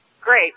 Great